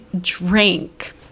drink